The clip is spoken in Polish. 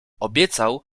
obiecał